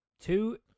Two